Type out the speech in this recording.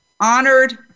honored